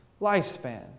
lifespan